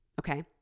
okay